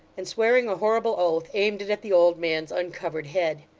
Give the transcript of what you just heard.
and swearing a horrible oath, aimed it at the old man's uncovered head.